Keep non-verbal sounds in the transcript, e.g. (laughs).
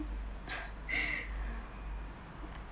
(laughs)